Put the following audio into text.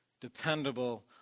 dependable